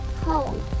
home